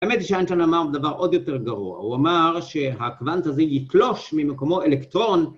האמת היא שאיינשטיין אמר דבר עוד יותר גרוע, הוא אמר שהאקוונט הזה יתלוש ממקומו אלקטרון